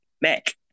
Mac